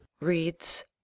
reads